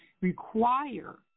require